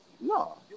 No